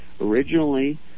Originally